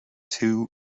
two